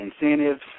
incentives